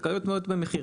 זה תלוי מאוד במחיר.